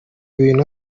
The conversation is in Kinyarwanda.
bintu